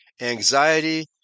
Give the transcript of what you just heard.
anxiety